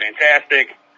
fantastic